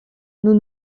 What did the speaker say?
nous